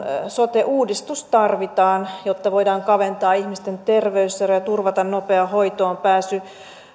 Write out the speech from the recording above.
sote uudistus tarvitaan jotta voidaan kaventaa ihmisten terveyseroja turvata nopea hoitoonpääsy